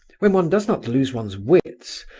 when one does not lose one's wits,